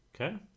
Okay